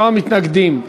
37 מתנגדים.